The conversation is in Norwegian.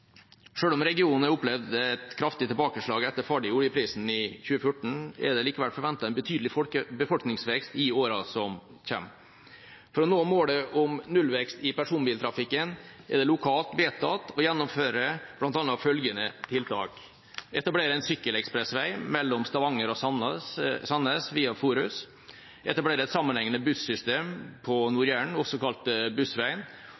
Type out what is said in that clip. om regionen har opplevd et kraftig tilbakeslag etter fallet i oljeprisen i 2014, er det likevel forventet en betydelig befolkningsvekst i årene som kommer. For å nå målet om nullvekst i personbiltrafikken er det lokalt vedtatt å gjennomføre bl.a. følgende tiltak: etablere en sykkelekspressvei mellom Stavanger og Sandnes via Forus etablere et sammenhengende bussystem på Nord-Jæren, også kalt Bussveien